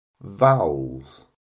Vowels